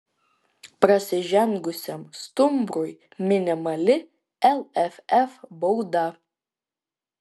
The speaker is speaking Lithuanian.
prasižengusiam stumbrui minimali lff bauda